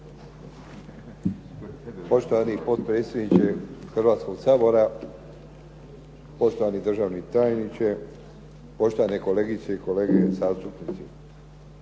Poštovani potpredsjedniče Hrvatskoga sabora, poštovani državni tajniče, poštovane kolegice i kolege zastupnici.